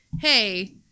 hey